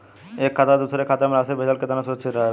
एक खाता से दूसर खाता में राशि भेजल केतना सुरक्षित रहेला?